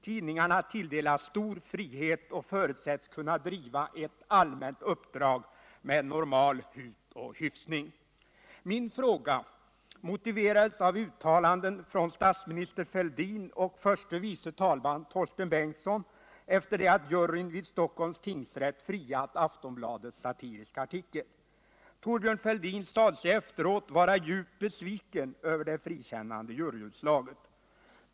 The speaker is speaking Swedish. Tidningarna tilldelas stor frihet och förutsätts kunna driva ett ”allmänt uppdrag” med normal hut och hyfsning. Min fråga motiverades av uttalanden från statsminister Fälldin och förste vice talmannen Torsten Bengtson efter det att juryn vid Stockholms tingsrätt friat Aftonbladets satiriska artikel. Thorbjörn Fälldin sade sig efteråt vara ”djupt besviken” över det frikännande juryutslaget.